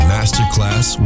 Masterclass